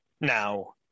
Now